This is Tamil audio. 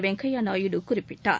வெங்கையா நாயுடு குறிப்பிட்டார்